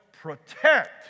protect